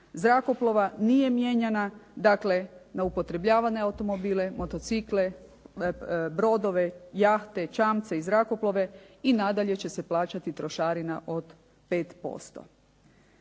zrakoplova nije mijenjana, dakle na upotrebljavane automobile, motocikle, brodove, jahte, čamce i zrakoplove i nadalje će se plaćati trošarina od 5%.